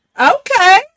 okay